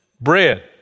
bread